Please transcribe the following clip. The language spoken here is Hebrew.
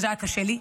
שזה היה קשה לי.